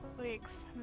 weeks